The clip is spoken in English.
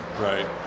Right